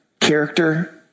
character